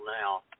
now